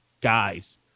guys